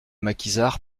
maquisards